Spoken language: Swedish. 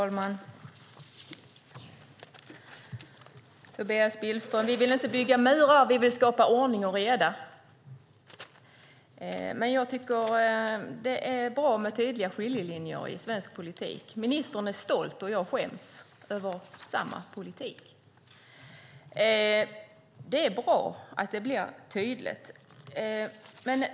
Herr talman! Vi vill inte bygga murar utan skapa ordning och reda, Tobias Billström. Men det är bra med tydliga skiljelinjer i svensk politik. Ministern är stolt och jag skäms - över samma politik. Det är bra att det blir tydligt.